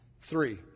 Three